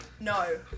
No